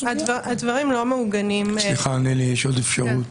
יש עוד אפשרות,